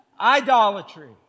Idolatry